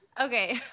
Okay